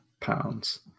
pounds